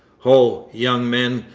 ho, young men,